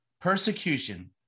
persecution